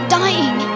dying